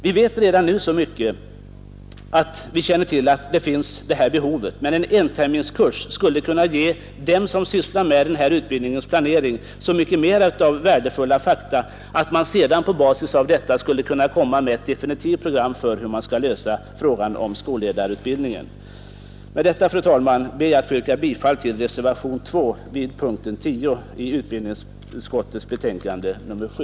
Vi vet redan nu att behovet finns, men en enterminskurs skulle kunna ge dem, som sysslar med den här utbildningens planering, så mycket mera av värdefulla fakta, att man sedan på basis av detta skulle kunna komma med ett definitivt program för hur man skall lösa frågan om skolledarutbildningen. Med dessa ord ber jag, fru talman, att få yrka bifall till reservationen 2 a vid punkten 10 i utbildningsutskottets betänkande nr 7.